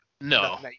No